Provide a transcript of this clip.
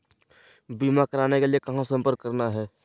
बीमा करावे के लिए कहा संपर्क करना है?